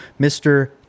Mr